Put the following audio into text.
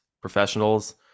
professionals